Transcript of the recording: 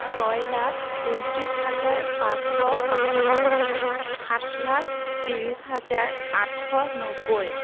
ছয় লাখ ঊনত্ৰিছ হাজাৰ পাঁচশ বাসত্তৰ সাত লাখ ত্ৰিছ হাজাৰ আঠশ নব্বৈ